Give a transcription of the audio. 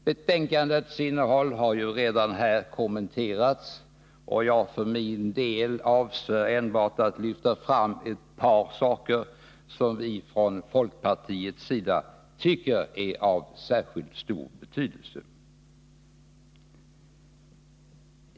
Betänkandets innehåll har redan kommenterats. Jag för min del avser enbart att lyfta fram ett par saker som vi från folkpartiets sida tycker är av särskilt stor betydelse.